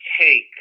take